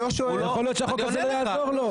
יכול להיות שהחוק הזה לא יעזור לו.